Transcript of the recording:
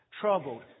troubled